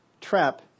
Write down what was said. trap